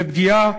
ופגיעה